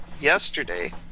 yesterday